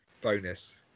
bonus